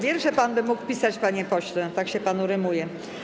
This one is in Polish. Wiersze pan by mógł pisać, panie pośle, tak się panu rymuje.